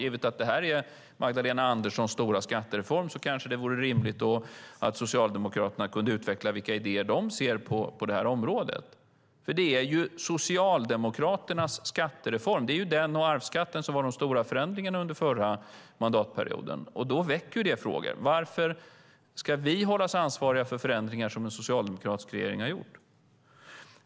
Givet att detta är Magdalena Anderssons stora skattereform kanske det vore rimligt att Socialdemokraterna kunde utveckla vilka idéer de ser på det här området. Det är ju Socialdemokraternas skattereform - det är den och arvsskatten som var de stora förändringarna under förra mandatperioden. Det väcker frågor. Varför ska vi hållas ansvariga för förändringar som en socialdemokratisk regering har gjort?